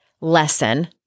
lesson